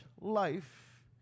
life